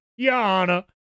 Yana